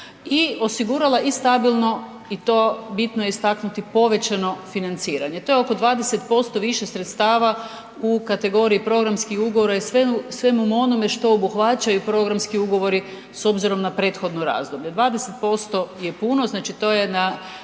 i osigurala i stabilno i to je bitno istaknuti povećano financiranje. To je oko 20% više sredstava u kategoriji programskih ugovora i svemu onome što obuhvaćaju programski ugovori s obzirom na prethodno razdoblje. 20% je puno, znači to je na